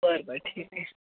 बरं बरं ठीक आहे